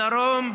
בדרום,